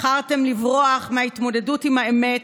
בחרתם לברוח מההתמודדות עם האמת.